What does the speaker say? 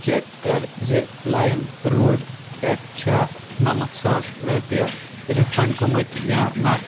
check کَر زِ LimeRoad پٮ۪ٹھ چھا نَمتھ ساس رۄپیہِ رِفنٛڈ گٲمٕتۍ یا نہَ